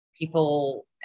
People